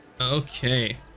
okay